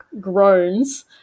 groans